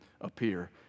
appear